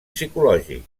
psicològic